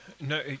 No